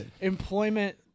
employment